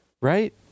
Right